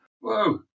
Whoa